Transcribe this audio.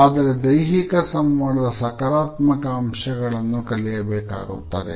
ಆದರೆ ದೈಹಿಕ ಸಂವಹನದ ಸಕಾರಾತ್ಮಕ ಅಂಶಗಳನ್ನು ಕಲಿಯಬೇಕಾಗುತ್ತದೆ